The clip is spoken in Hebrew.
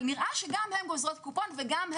אבל נראה שהן גוזרות קופון וגם,